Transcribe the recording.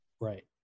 Right